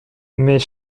mais